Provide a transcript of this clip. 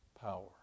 power